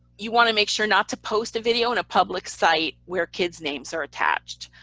you want to make sure not to post a video and a public site where kids' names are attached.